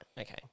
okay